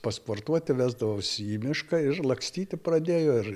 pasportuoti vesdavosi į mišką ir lakstyti pradėjo ir